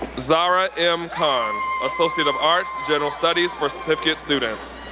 zara m. khan, associate of arts, general studies for certificate students.